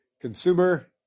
consumer